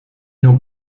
non